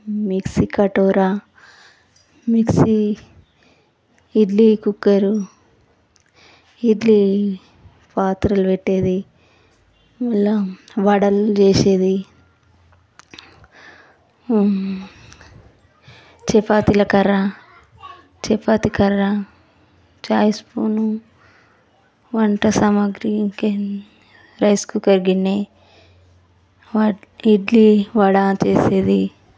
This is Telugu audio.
మిక్సీ కటోర మిక్సీ ఇడ్లీ కుక్కర్ ఇడ్లీ పాత్రలు పెట్టేది మళ్ళీ వడలు చేసేది చపాతీల కర్రా చపాతీ కర్రా చాయి స్పూను వంట సామాగ్రి ఇంకా రైస్ కుక్కర్ గిన్నె ఇడ్లీ వడ చేసేది